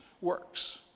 works